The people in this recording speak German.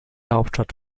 hauptstadt